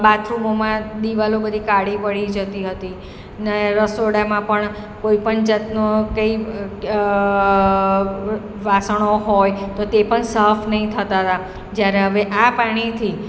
બાથરૂમોમાં દીવાલો બધી કાળી પડી જતી હતી ને રસોડામાં પણ કોઈપણ જાતનો કંઇ વાસણો હોય તો તે પણ સાફ નહીં થતાં હતાં જ્યારે હવે આ પાણીથી